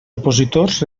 opositors